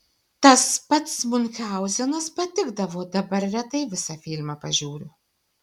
tas pats miunchauzenas patikdavo dabar retai visą filmą pažiūriu